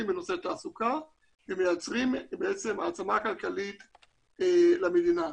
בנושא תעסוקה ומייצרים בעצם העצמה כלכלית למדינה.